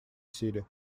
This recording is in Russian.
силе